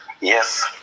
Yes